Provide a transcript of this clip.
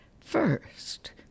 First